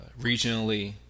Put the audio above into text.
regionally